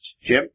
Jim